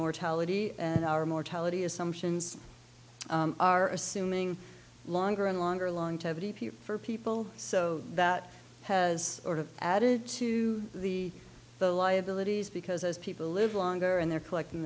mortality and our mortality assumptions are assuming longer and longer long term for people so that has added to the the liabilities because as people live longer and they're collecting